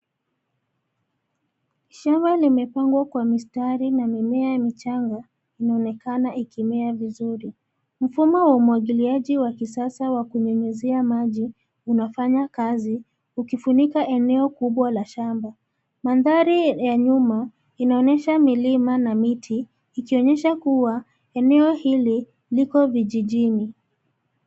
Shamba limepangwa kwa mistari na mimea michanga, inaonekane ikimea vizuri. Mfumo wa umwagiliaji wa kisasa wa kunyunyizia maji, unafanya kazi, ukifunika eneo kubwa la shamba. Mandhari ya nyuma, inaonyesha milima na miti, ikionyesha kuwa eneo hili, liko vijijini.